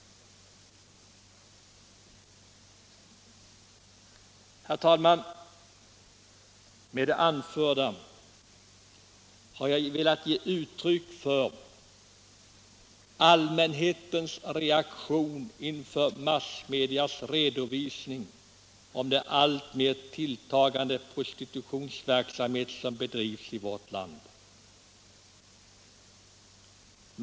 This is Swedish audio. Herr talman! Med det anförda har jag velat ge uttryck för allmänhetens reaktion inför massmedias redovisning av den alltmer tilltagande prostitution som bedrivs i vårt land.